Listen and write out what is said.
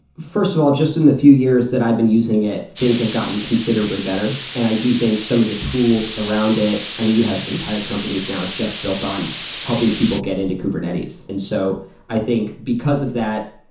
first of all, just in the few years that i've been using it, things have gotten considerably better. and i do think some of the tools around it i mean, you have entire companies now just built on helping people get into kubernetes. and so i think because of that,